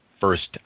first